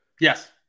Yes